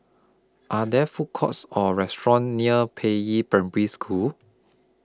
Are There Food Courts Or restaurants near Peiyi Primary School